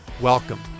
Welcome